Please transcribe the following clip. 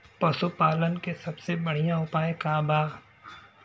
पशु पालन के सबसे बढ़ियां उपाय का बा?